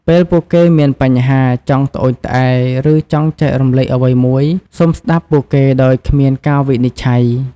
ពេលពួកគេមានបញ្ហា ចង់ត្អូញត្អែរ ឬចង់ចែករំលែកអ្វីមួយ សូមស្តាប់ពួកគេដោយគ្មានការវិនិច្ឆ័យ។